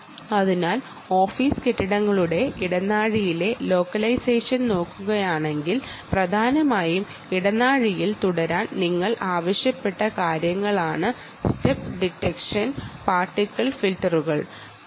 അതിനാൽ ഓഫീസ് കെട്ടിടങ്ങളുടെ ഇടനാഴിയിലെ ലോക്കലൈസേഷൻ നോക്കുകയാണെങ്കിൽ അവിടെ സ്റ്റെപ്പ് ഡിറ്റക്ഷനും പാർട്ടിക്കിൾ ഫിൽട്ടറുകളും ആവശ്യമാണ്